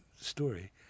story